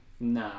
Nah